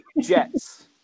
Jets